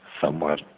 somewhat